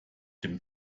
dem